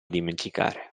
dimenticare